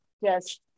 Yes